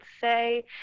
say